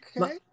Okay